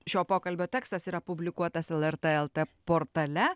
šio pokalbio tekstas yra publikuotas lrt elte portale